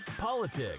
politics